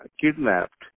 kidnapped